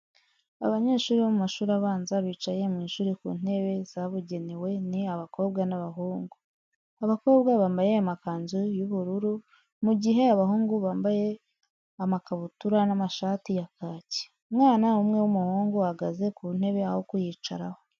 Abanyeshuri bo mu mashuri abanza bicaye mu ishuri ku ntebe zabugenewe, ni abakobwa n'abahungu. Abakobwa bambaye amakanzu y'ubururu mu gihe abahungu bambaye bambaye amakabutura n'amashati ya kaki. Umwana umwr w'umuhungu ahagaze ku ntebe aho kuyicararaho.